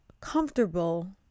comfortable